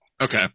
Okay